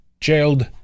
jailed